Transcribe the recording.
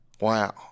Wow